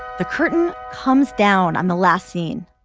the curtain comes down on the last scene